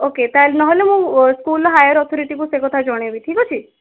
okay ତ ନହେଲେ ମୁଁ ସ୍କୁଲର ହାୟର୍ ଅଥୋରିଟିଙ୍କୁ ସେ କଥା ଜଣାଇବି ଠିକ ଅଛି